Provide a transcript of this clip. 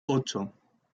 ocho